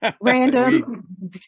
random